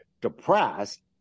depressed